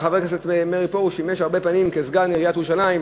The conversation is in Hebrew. וחבר הכנסת מאיר פרוש שימש הרבה פעמים כסגן ראש עיריית ירושלים,